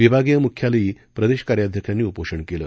विभागीय मुख्यालयी प्रदेश कार्याध्यक्षांनी उपोषण केलं